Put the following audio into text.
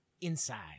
inside